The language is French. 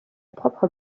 propre